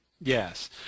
Yes